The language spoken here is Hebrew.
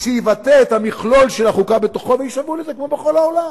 שיבטא את המכלול של החוקה בתוכו ויישבעו לזה כמו בכל העולם.